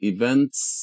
Events